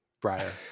Briar